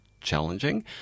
challenging